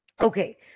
Okay